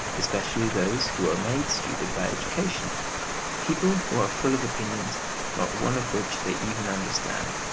especially those who are made stupid by education people who are full of opinions not one of which they even understand,